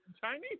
Chinese